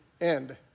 end